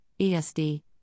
ESD